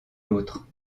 l’autre